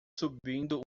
subindo